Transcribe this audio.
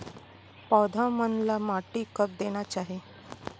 पौधा मन ला माटी कब देना चाही?